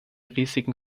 risiken